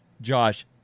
Josh